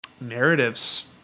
narratives